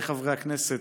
חבריי חברי הכנסת,